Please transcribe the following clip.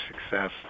success